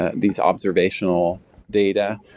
ah these observational data,